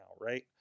right